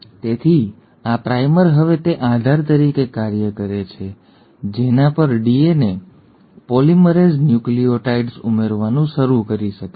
તેથી આ પ્રાઇમર હવે તે આધાર તરીકે કાર્ય કરે છે જેના પર ડીએનએ પોલિમરેઝ ન્યુક્લિઓટાઇડ્સ ઉમેરવાનું શરૂ કરી શકે છે